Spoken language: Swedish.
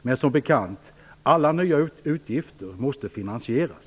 Men som bekant måste alla nya utgifter finansieras.